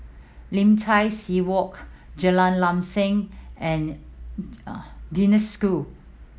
Lim Tai See Walk Jalan Lam Sam and Genesis School